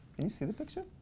and you see the picture?